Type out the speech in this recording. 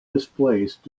displaced